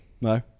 no